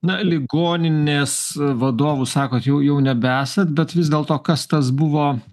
na ligoninės vadovu sakot jau jau nebeesat bet vis dėlto kas tas buvo